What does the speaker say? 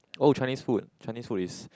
oh Chinese food Chinese food is